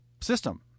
system